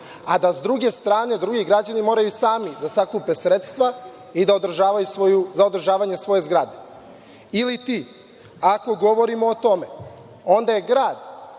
a da s druge strane, drugi građani moraju sami da sakupe sredstva i da održavaju svoju zgradu. Ili, ako govorimo o tome, onda je grad